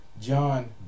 John